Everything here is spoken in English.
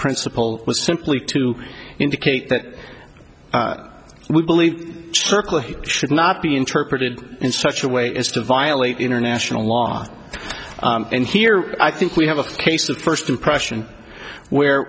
principle was simply to indicate that we believe circular should not be interpreted in such a way as to violate international law and here i think we have a case of first impression where